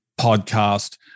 podcast